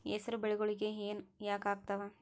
ಹೆಸರು ಬೆಳಿಗೋಳಿಗಿ ಹೆನ ಯಾಕ ಆಗ್ತಾವ?